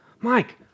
Mike